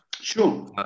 sure